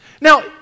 Now